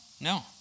no